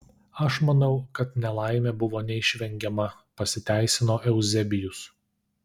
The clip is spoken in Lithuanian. aš manau kad nelaimė buvo neišvengiama pasiteisino euzebijus